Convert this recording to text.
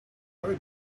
very